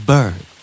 Bird